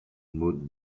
maud